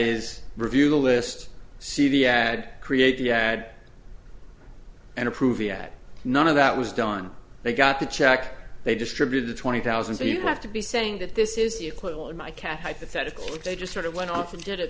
is review the list see the ad create the ad and approve yet none of that was done they got the check they distributed twenty thousand people have to be saying that this is the equivalent of my cat hypothetical that they just sort of went off and did it